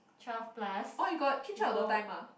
twelve plus people